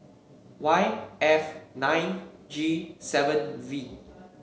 Y F nine G seven V